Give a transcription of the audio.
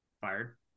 Fired